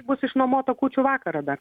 bus išnuomota kūčių vakarą dar